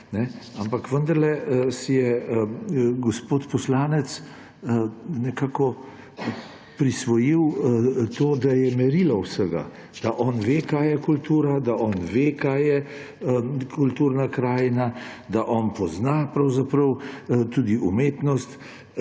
ampak vendarle si je gospod poslanec nekako prisvojil to, da je merilo vsega, da on ve, kaj je kultura, da on ve, kaj je kulturna krajina, da on pozna pravzaprav tudi umetnost